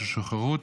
ששוחררו,